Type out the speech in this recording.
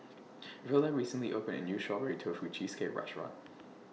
Verla recently opened A New Strawberry Tofu Cheesecake Restaurant